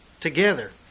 together